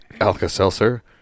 Alka-Seltzer